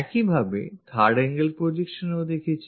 একইভাবে আমরা 3rd angle projection এ দেখেছি